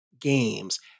games